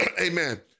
Amen